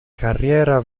carriera